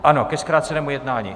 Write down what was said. Ano, ke zkrácenému jednání.